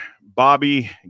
Bobby